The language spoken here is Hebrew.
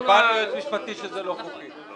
מי בעד אישור פניות מספר 339 עד 342?